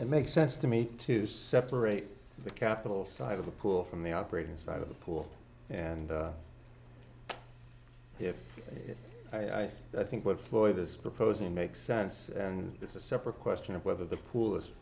it makes sense to me to separate the capital side of the pool from the operating side of the pool and i think i think what floyd is proposing makes sense and is a separate question of whether the pool is